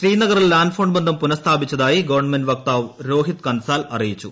ശ്രീനഗറിൽ land phone ബന്ധം പുനഃസ്ഥാപിച്ചതായി ഗവൺമെന്റ് വക്താവ് രോഹിത് കൻസാൽ അറിയിച്ചു